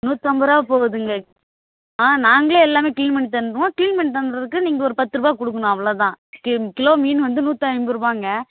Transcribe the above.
நூற்றைம்பதுரூவா போகுதுங்க ஆ நாங்களே எல்லாம் கிளீன் பண்ணி தந்துவிடுவோம் கிளீன் பண்ணி தந்தததுக்கு நீங்கள் ஒரு பத்து ரூபா கொடுக்கணும் அவ்வளோதான் கிலோ மீன் வந்து நூற்றி ஐம்பதுருபாங்க